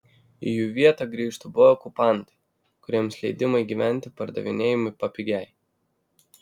į jų vietą grįžtų buvę okupantai kuriems leidimai gyventi pardavinėjami papigiai